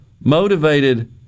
motivated